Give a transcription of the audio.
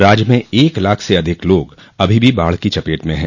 राज्य में एक लाख से अधिक लोग अभी भी बाढ की चपेट में हैं